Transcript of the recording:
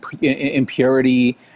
impurity